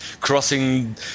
crossing